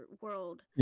World